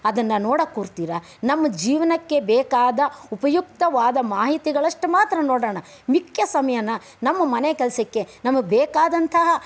ಅದನ್ನು ನೋಡೋಕೆ ಕೂರ್ತೀರಾ ನಮ್ಮ ಜೀವನಕ್ಕೆ ಬೇಕಾದ ಉಪಯುಕ್ತವಾದ ಮಾಹಿತಿಗಳಷ್ಟು ಮಾತ್ರ ನೋಡೋಣ ಮಿಕ್ಕ ಸಮಯವನ್ನು ನಮ್ಮ ಮನೆ ಕೆಲಸಕ್ಕೆ ನಮಗೆ ಬೇಕಾದಂತಹ